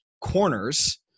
corners